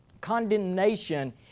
Condemnation